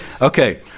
Okay